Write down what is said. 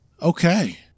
Okay